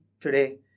today